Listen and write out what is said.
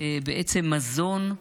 בעצם מזון.